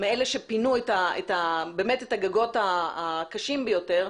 מאלה שפינו את הגגות הקשים ביותר,